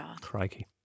Crikey